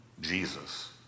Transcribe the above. Jesus